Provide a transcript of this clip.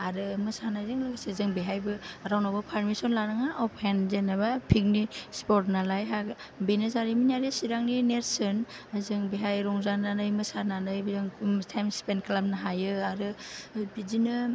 आरो मोसानायजों लोगोसे जों बेहायबो रावनावबो पारमिसन लानाङा अपेन जेनेबा पिकनिक स्पथ नालाय आरो बेनो जारिमिनारि चिरांनि नेरसोन जों बेहाय रंजानानै मोसानानै जों थाइम स्पेन खालामनो हायो आरो बिदिनो